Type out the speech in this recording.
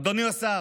אדוני השר,